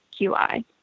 QI